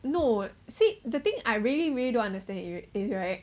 no see the thing I really really don't understand is right